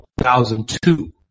2002